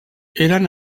eren